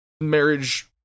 marriage